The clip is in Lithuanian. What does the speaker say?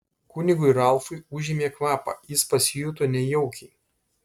kunigui ralfui užėmė kvapą jis pasijuto nejaukiai